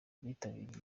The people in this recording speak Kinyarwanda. bitabiriye